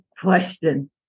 question